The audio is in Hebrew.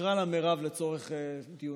נקרא לה מרב לצורך דיוננו: